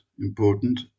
important